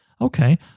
okay